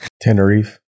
tenerife